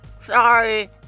Sorry